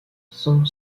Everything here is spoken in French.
son